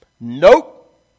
Nope